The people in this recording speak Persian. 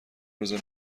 روزه